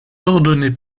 ordonné